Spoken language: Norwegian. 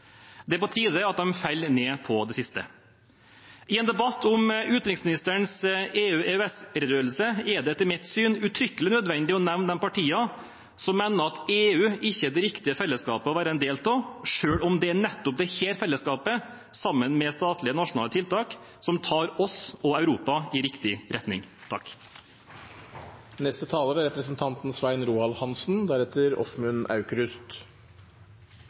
Det er på tide at de faller ned på det siste. I en debatt om utenriksministerens EU-/EØS-redegjørelse er det etter mitt syn helt nødvendig å nevne de partiene som mener at EU ikke er det riktige fellesskapet å være en del av, selv om det er nettopp dette fellesskapet, sammen med statlige nasjonale tiltak, som tar oss og Europa i riktig retning.